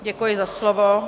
Děkuji za slovo.